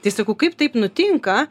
tai sakau kaip taip nutinka